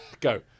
Go